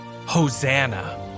Hosanna